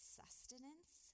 sustenance